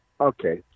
okay